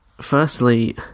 firstly